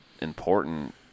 important